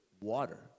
Water